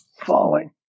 falling